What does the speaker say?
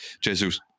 Jesus